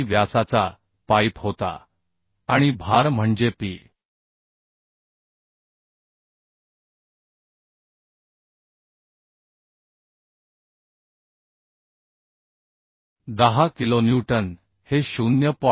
व्यासाचा पाईप होता आणि भार म्हणजे P 10 किलोन्यूटन हे 0